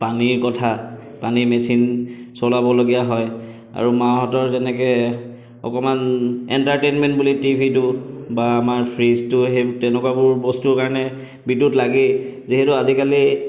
পানীৰ কথা পানী মেচিন চলাবলগীয়া হয় আৰু মাহঁতৰ যেনেকৈ অকণমান এণ্টাৰটেইনমেণ্ট বুলি টিভিটো বা মাৰ ফ্ৰীজটো সেই তেনেকুৱাবোৰ বস্তুৰ কাৰণে বিদ্যুৎ লাগেই যিহেতু আজিকালি